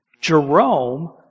Jerome